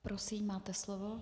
Prosím, máte slovo.